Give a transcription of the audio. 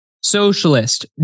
Socialist